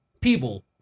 people